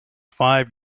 five